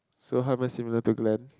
so how am I similar to Glen